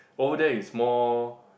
over there is more